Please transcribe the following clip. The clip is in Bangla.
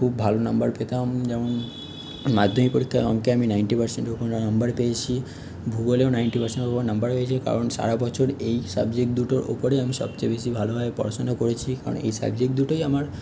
খুব ভালো নাম্বার পেতাম যেমন মাধ্যমিক পরীক্ষায় অঙ্কে আমি নাইন্টি পার্সেন্টের ওপরে নাম্বার পেয়েছি ভূগোলেও নাইন্টি পার্সেন্টের ওপরে নাম্বার পেয়েছি কারণ সারা বছর এই সাবজেক্ট দুটোর ওপরই আমি সবচেয়ে বেশি ভালোভাবে পড়াশুনো করেছি কারণ এই সাবজেক্ট দুটোই আমার